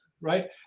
right